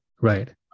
Right